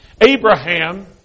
Abraham